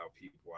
people